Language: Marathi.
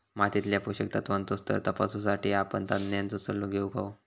मातीतल्या पोषक तत्त्वांचो स्तर तपासुसाठी आपण तज्ञांचो सल्लो घेउक हवो